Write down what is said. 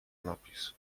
napis